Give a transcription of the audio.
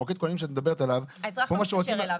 מוקד הכוננים שאת מדברת עליו הוא -- האזרח לא מתקשר אליו.